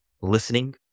listening